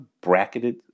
bracketed